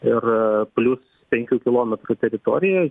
ir plius penkių kilometrų teritorijoj